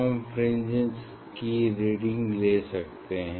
हम फ्रिंजेस की रीडिंग ले सकते हैं